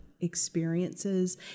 experiences